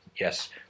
yes